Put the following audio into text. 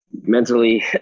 mentally